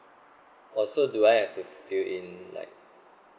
uh so do I have to fill in like